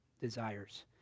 desires